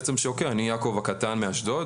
אני יעקב הקטן מאשדוד,